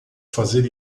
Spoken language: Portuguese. fazer